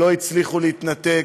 שלא הצליחו להתנתק,